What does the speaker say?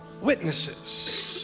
witnesses